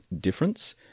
difference